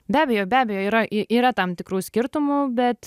be abejo be abejo yra yra tam tikrų skirtumų bet